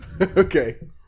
Okay